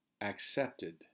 accepted